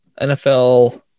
NFL